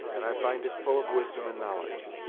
and i find it full of wisdom and knowledge.